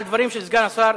לדברים של סגן השר,